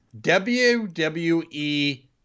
WWE